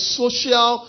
social